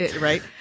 right